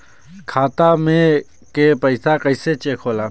खाता में के पैसा कैसे चेक होला?